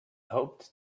hoped